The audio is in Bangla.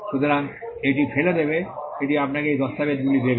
সুতরাং এটি ফেলে দেবে এটি আপনাকে এই দস্তাবেজগুলি দেবে